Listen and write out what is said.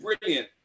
brilliant